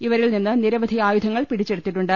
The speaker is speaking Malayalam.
ഇവരിൽ നിന്ന് നിരവധി ആയുധങ്ങൾ പിടിച്ചെടുത്തിട്ടുണ്ട്